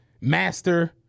Master